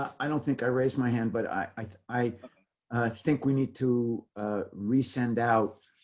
i don't think i raised my hand, but i, i think we need to resend out